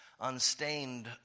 unstained